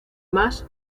más